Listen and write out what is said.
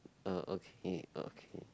orh okay okay